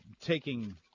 taking